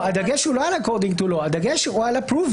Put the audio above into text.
הדגש הוא לא על אקורדינג טו לאו אלא הדגש הוא על ה-פרובן.